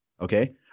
Okay